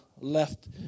left